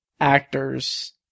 actors